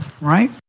right